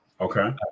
okay